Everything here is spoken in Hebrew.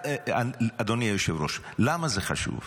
אדוני היושב-ראש, למה זה חשוב?